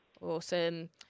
Awesome